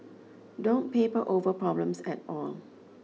don't paper over problems at all